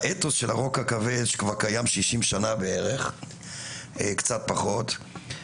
באתוס של הרוק הכבד שקיים כבר 60 שנה בערך או קצת פחות,